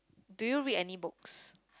do you read any books